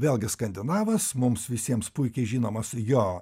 vėlgi skandinavas mums visiems puikiai žinomas jo